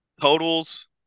Totals